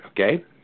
okay